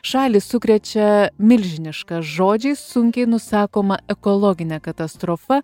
šalį sukrečia milžiniška žodžiais sunkiai nusakoma ekologinė katastrofa